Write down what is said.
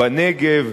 בנגב,